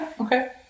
okay